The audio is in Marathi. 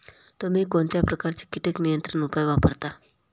तुम्ही कोणत्या प्रकारचे कीटक नियंत्रण उपाय वापरता?